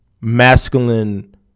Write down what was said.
masculine